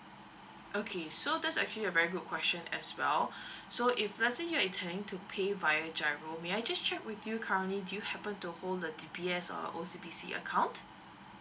okay so that's actually a very good question as well so if let's say you're intending to pay via giro may I just check with you currently do you happen to hold the D_B_S or O_C_B_C account